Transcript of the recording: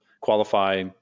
qualify